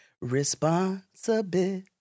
responsibility